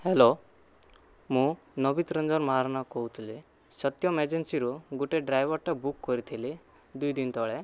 hello ମୁଁ ନବିତ୍ ରଞ୍ଜନ ମହାରଣା କହୁଥିଲି ସତ୍ୟମ୍ ଏଜେନ୍ସିରୁ ଗୋଟେ ଡ୍ରାଇଭର୍ଟେ ବୁକ୍ କରିଥିଲି ଦୁଇଦିନ ତଳେ